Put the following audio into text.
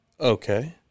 Okay